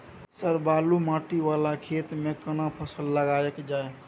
Sir बालू माटी वाला खेत में केना फसल लगायल जाय?